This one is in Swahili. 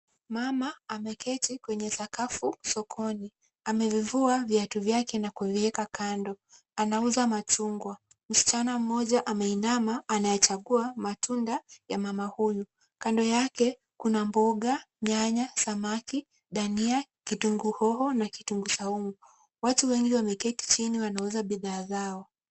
Mama ameketi kwenye sakafu sokoni. Amevivua viatu vyake na kuviweka kando. Anauza machungwa. Msichana mmoja ameinama anachagua matunda ya mama huyu. Kando yake kuna mboga, nyanya, samaki, dania, kitunguu, hoho na kitunguu saumu. Watu wengi wameketi chini wanauza bidhaa zao.